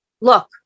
look